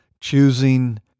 choosing